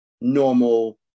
normal